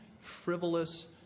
frivolous